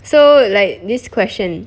so like this question